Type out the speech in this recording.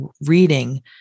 reading